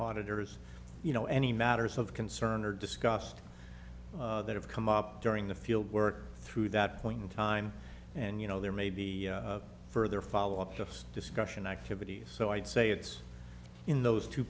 auditors you know any matters of concern are discussed that have come up during the field work through that point in time and you know there may be further follow up just discussion activities so i'd say it's in those two